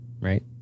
right